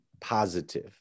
positive